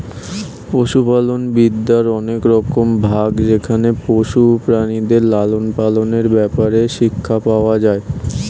পশুপালন বিদ্যার অনেক রকম ভাগ যেখানে পশু প্রাণীদের লালন পালনের ব্যাপারে শিক্ষা পাওয়া যায়